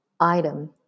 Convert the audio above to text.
item